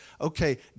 okay